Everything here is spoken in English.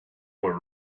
were